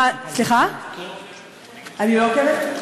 את לא עוקבת, אני לא עוקבת?